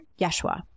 Yeshua